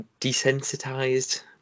Desensitized